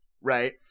right